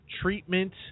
treatment